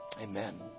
amen